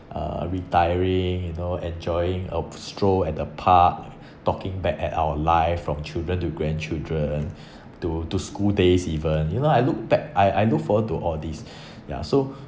uh retiring you know enjoying a stroll at the park talking back at our life from children to grandchildren to to school days even you know I look back I I look forward to all these ya so